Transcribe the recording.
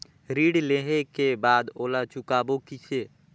ऋण लेहें के बाद ओला चुकाबो किसे?